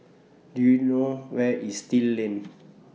Do YOU know Where IS Still Lane